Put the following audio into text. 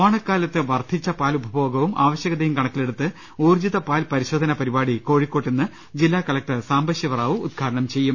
ഓണക്കാലത്തെ വർദ്ധിച്ച പാൽ ഉപഭോഗവും ആവശ്യകതയും കണക്കിലെടുത്ത് ഊർജിത പാൽ പരിശോധന പരിപാടി കോഴിക്കോട്ട് ഇന്ന് ജില്ലാ കലക്ടർ സാംബശിവ റാവു ഉദ്ഘാടനം ചെയ്യും